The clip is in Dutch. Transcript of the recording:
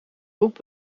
boek